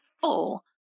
full